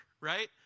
right